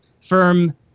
firm